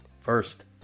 First